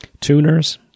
Tuners